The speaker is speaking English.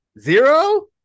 Zero